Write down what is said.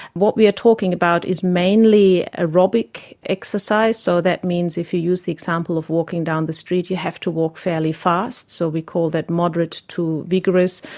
what we are talking about is mainly aerobic exercise, so that means if you use the example of walking down the street you have to walk fairly fast, so we call that moderate to vigorous.